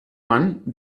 man